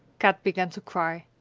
kat began to cry.